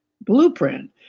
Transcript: blueprint